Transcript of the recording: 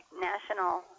national